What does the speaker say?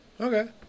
Okay